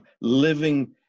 living